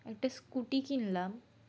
একটা স্কুটি কিনলাম